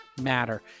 matter